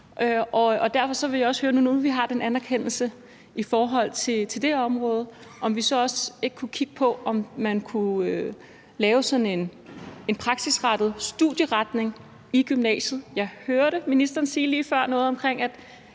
Derfor vil jeg også høre, når nu vi har den anerkendelse i forhold til det område, om vi så ikke også kunne kigge på, om man kunne lave sådan en praksisrettet studieretning i gymnasiet. Jeg hørte ministeren lige før sige,